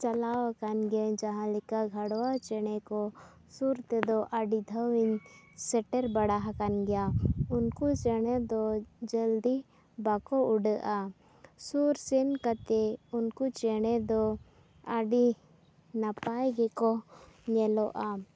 ᱪᱟᱞᱟᱣ ᱟᱠᱟᱱ ᱜᱮᱭᱟᱹᱧ ᱡᱟᱦᱟᱸ ᱞᱮᱠᱟ ᱜᱷᱟᱲᱣᱟ ᱪᱮᱬᱮ ᱠᱚ ᱥᱩᱨ ᱛᱮᱫᱚ ᱟᱹᱰᱤ ᱫᱷᱟᱣ ᱤᱧ ᱥᱮᱴᱮᱨ ᱵᱟᱲᱟ ᱟᱠᱟᱱ ᱜᱮᱭᱟ ᱩᱱᱠᱩ ᱪᱮᱬᱮ ᱫᱚ ᱡᱚᱞᱫᱤ ᱵᱟᱠᱚ ᱩᱰᱟᱹᱜᱼᱟ ᱥᱩᱨ ᱥᱮᱱ ᱠᱟᱛᱮᱫ ᱩᱱᱠᱩ ᱪᱮᱬᱮ ᱫᱚ ᱟᱹᱰᱤ ᱱᱟᱯᱟᱭ ᱜᱮᱠᱚ ᱧᱮᱞᱚᱜᱼᱟ